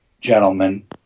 gentlemen